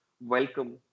welcome